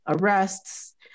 arrests